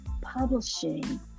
publishing